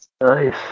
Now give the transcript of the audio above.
Nice